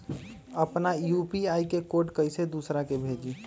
अपना यू.पी.आई के कोड कईसे दूसरा के भेजी?